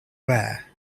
rare